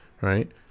right